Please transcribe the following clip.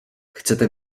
chcete